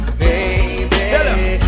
baby